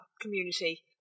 community